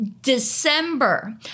December